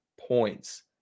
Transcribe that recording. points